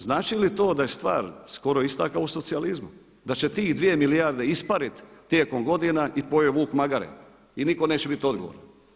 Znači li to da je stvar skoro ista kao u socijalizmu, da će tih 2 milijarde ispariti tijekom godina i pojeo vuk magare i nitko neće biti odgovoran?